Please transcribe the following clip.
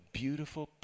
beautiful